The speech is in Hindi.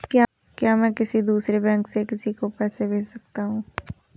क्या मैं किसी दूसरे बैंक से किसी को पैसे भेज सकता हूँ?